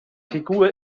figur